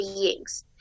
beings